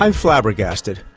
and flabbergasted.